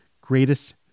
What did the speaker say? greatest